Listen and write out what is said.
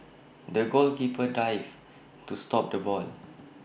the goalkeeper dived to stop the ball